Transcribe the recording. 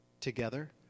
together